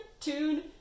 tune